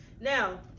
now